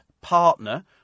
Partner